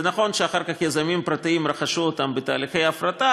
זה נכון שאחר כך יזמים פרטיים רכשו אותן בתהליכי הפרטה.